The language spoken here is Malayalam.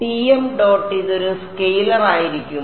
അതിനാൽ ടിഎം ഡോട്ട് ഇതൊരു സ്കെയിലർ ആയിരിക്കും